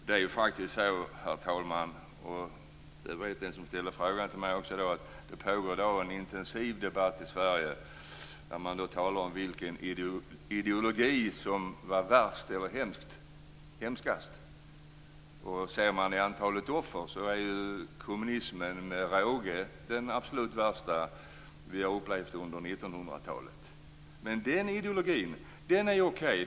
Det är faktiskt så, herr talman, och det vet också den som ställde frågan till mig, att det i dag pågår en intensiv debatt i Sverige om vilken ideologi som var värst eller hemskast. Ser man till antalet offer är ju kommunismen med råge den absolut värsta ideologi som vi har upplevt under 1900-talet. Men den ideologin anses vara okej.